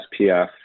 SPF